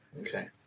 Okay